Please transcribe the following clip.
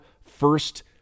first